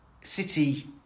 City